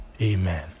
Amen